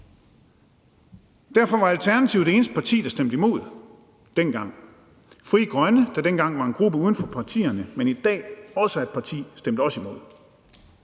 imod dengang – det eneste parti, der stemte imod dengang. Frie Grønne, der dengang var en gruppe uden for partierne, men i dag også er et parti, stemte også imod.